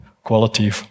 Quality